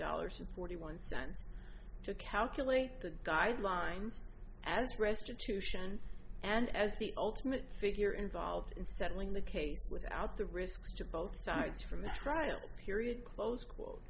dollars and forty one cents to calculate the guidelines as restitution and as the ultimate figure involved in settling the case without the risks to both sides from the trial period close